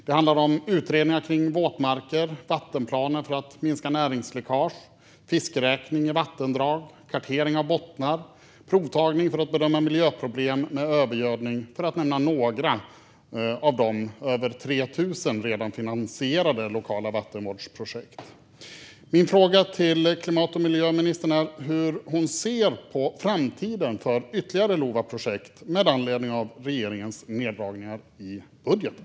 Det handlar om utredningar kring våtmarker, vattenplaner för att minska näringsläckage, fiskräkning i vattendrag, kartering av bottnar och provtagning för att bedöma miljöproblem med övergödning, för att nämna några av de över 3 000 redan finansierade lokala vattenvårdsprojekten. Min fråga till klimat och miljöministern är hur hon ser på framtiden för ytterligare LOVA-projekt med anledning av regeringens neddragningar i budgeten.